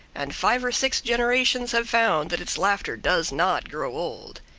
and five or six generations have found that its laughter does not grow old.